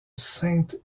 sainte